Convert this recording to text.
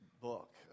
book